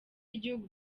y’igihugu